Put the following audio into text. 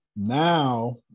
Now